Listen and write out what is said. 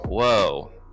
Whoa